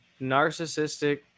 narcissistic